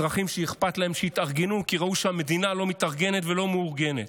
אזרחים שאכפת להם שהתארגנו כי ראו שהמדינה לא מתארגנת ולא מאורגנת.